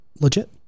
legit